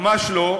ממש לא.